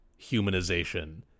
humanization